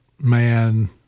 man